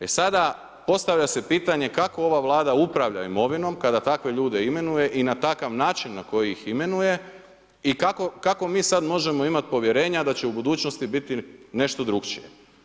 E sada, postavlja se pitanje kako ova Vlada upravlja imovinom kada takve ljude imenuje i na takav način na koji ih imenuje i kako mi sad možemo imati povjerenje da će u budućnosti biti nešto drukčije.